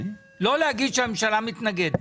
לא להגיד שהממשלה מתנגדת,